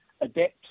adapt